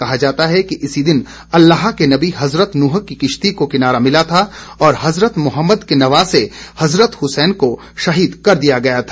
कहा जाता है इसी दिन अलाह के नबी हज़रत नूह की किश्ती को किनारा मिला था और हज़रत मोहम्मद के नवासे हज़रत हुसैन को शहीद कर दिया गया था